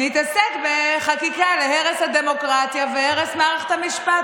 נתעסק בחקיקה להרס הדמוקרטיה והרס מערכת המשפט.